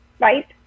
right